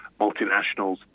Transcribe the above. multinationals